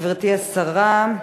גברתי השרה,